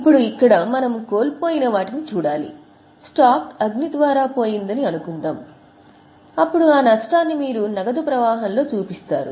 ఇప్పుడు ఇక్కడ మనం కోల్పోయిన వాటిని చూడాలి స్టాక్ అగ్ని ద్వారా పోయిందని అనుకుందాం అప్పుడు ఆ నష్టాన్ని మీరు నగదు ప్రవాహంలో చూపిస్తారు